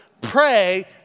pray